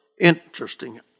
interesting